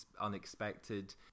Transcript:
unexpected